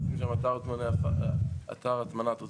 יש אתר הטמנת עפר.